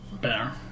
better